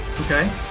okay